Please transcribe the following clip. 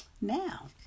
now